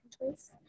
choice